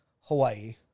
Hawaii